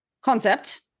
concept